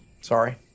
Sorry